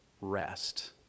rest